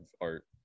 art